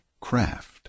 craft